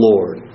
Lord